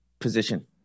position